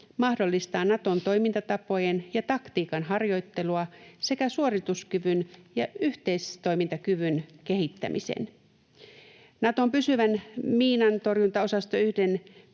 mahdollistaa Naton toimintatapojen ja taktiikan harjoittelua sekä suorituskyvyn ja yhteistoimintakyvyn kehittämisen. Naton pysyvän miinantorjuntaosasto